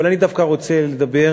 אבל אני דווקא רוצה לדבר